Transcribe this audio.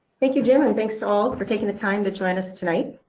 thank you jim, and thanks to all for taking the time to join us tonight.